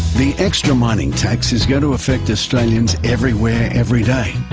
the extra mining tax is going to affect australians everywhere, every day.